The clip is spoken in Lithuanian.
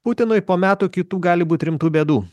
putinui po metų kitų gali būt rimtų bėdų